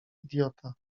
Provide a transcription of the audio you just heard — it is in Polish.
idiota